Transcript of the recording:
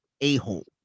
a-hole